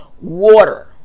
water